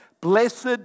Blessed